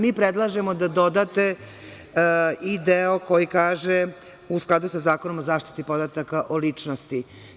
Mi predlažemo da dodate i deo koji kaže – i u skladu sa Zakonom o zaštiti podataka o ličnosti.